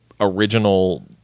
original